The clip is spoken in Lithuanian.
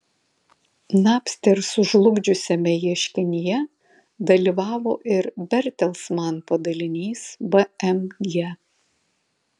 napster sužlugdžiusiame ieškinyje dalyvavo ir bertelsman padalinys bmg